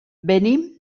venim